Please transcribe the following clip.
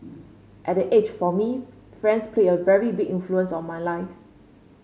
at that age for me friends played a very big influence on my life